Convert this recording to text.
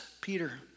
Peter